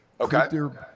Okay